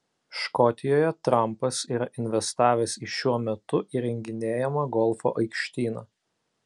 škotijoje trampas yra investavęs į šiuo metu įrenginėjamą golfo aikštyną